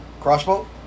Crossbow